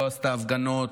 לא עשתה הפגנות,